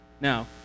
now